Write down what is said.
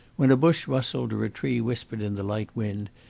when a bush rustled or a tree whispered in the light wind,